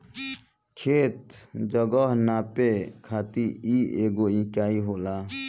खेत, जगह नापे खातिर इ एगो इकाई होला